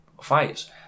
fights